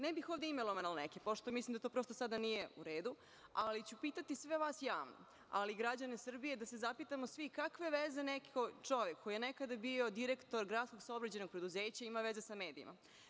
Ne bih ovde imenovala neke, pošto mislim da to prosto sada nije u redu, ali ću pitati sve vas javno, a i građane Srbije, da se zapitamo svi kakve veze ima čovek koji je nekada bio direktor gradskog saobraćajnog preduzeća sa medijima?